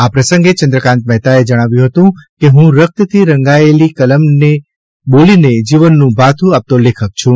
આ પ્રસંગે ચંદ્રકાન્ત મહેતાએ જણાવ્યું હતું કે હું રક્તથી રંગાયેલી કલમને બોલીને જીવનનું ભાથુ આપતો લેખક છું